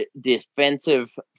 defensive